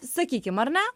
sakykim ar ne